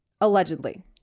allegedly